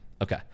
okay